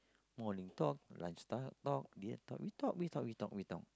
morning talk lunch time talk dinner talk we talk we talk we talk we talk